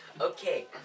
Okay